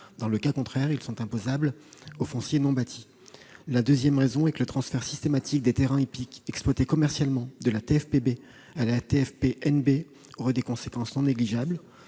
Dans le cas contraire, ils sont imposables selon le régime du foncier non bâti. Ensuite, le transfert systématique des terrains hippiques exploités commercialement de la TFPB à la TFPNB aurait des conséquences non négligeables.